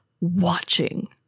watching